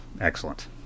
Excellent